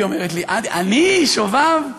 אמרתי: אני שובב?